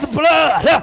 blood